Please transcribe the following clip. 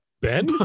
Ben